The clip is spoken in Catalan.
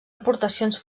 aportacions